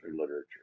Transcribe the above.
literature